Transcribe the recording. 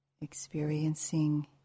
Experiencing